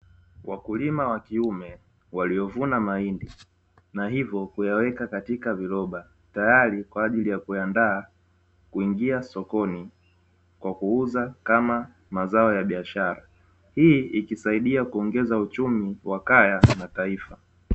Wakulima wa kiume waliovuna mahindi na hivyo kuyaweka katika viroba tayari kwa ajili ya kuyaandaa kuingia sokoni, kwa kuuza kama mazao ya biashara. Hii ikisaidia kuongeza uchumi wa kaya na taifa.